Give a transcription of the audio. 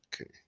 Okay